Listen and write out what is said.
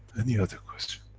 any other question.